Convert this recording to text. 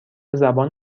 زبان